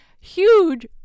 huge